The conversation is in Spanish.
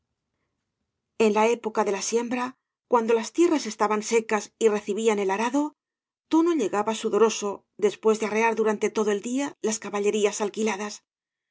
ea la época de la siembra cuando las tierras estaban secas y recibían el arado touo llegaba sudoroso después de arrear durante todo el día las caballerías alquiladas